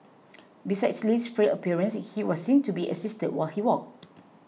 besides Li's frail appearance he was seen to be assisted while he walked